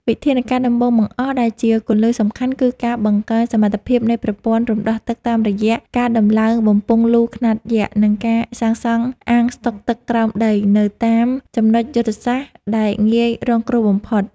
វិធានការដំបូងបង្អស់ដែលជាគន្លឹះសំខាន់ គឺការបង្កើនសមត្ថភាពនៃប្រព័ន្ធរំដោះទឹកតាមរយៈការដំឡើងបំពង់លូខ្នាតយក្ស និងការសាងសង់អាងស្តុកទឹកក្រោមដីនៅតាមចំណុចយុទ្ធសាស្ត្រដែលងាយរងគ្រោះបំផុត។